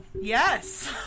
Yes